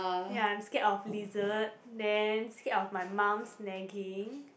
ya I'm scared of lizard then scared of my mum's nagging